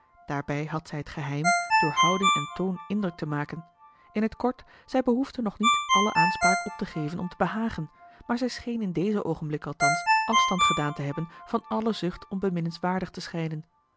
daarbij had zij het geheim door houding en toon indruk te maken in t kort zij behoefde nog niet alle aanspraak op te geven om te behagen maar zij scheen in dezen oogenblik althans afstand gedaan te hebben van alle zucht om beminnenswaardig te schijnen